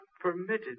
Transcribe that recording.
permitted